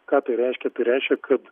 ką tai reiškia tai reiškia kad